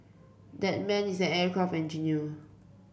that man is an aircraft engineer